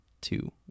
two